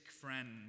friend